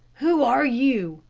who are you?